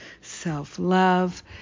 self-love